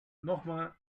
nochmal